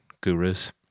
gurus